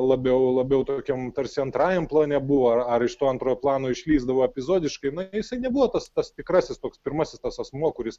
labiau labiau tokiam tarsi antrajam plane buvo ar ar iš to antro plano išlįsdavo epizodiškai na jisai nebuvo tas tas tikrasis toks pirmasis tas asmuo kuris